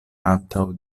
antaŭ